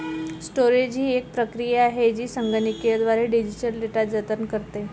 storage ही एक प्रक्रिया आहे जी संगणकीयद्वारे डिजिटल डेटा जतन करते